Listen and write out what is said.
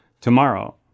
tomorrow